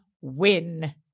win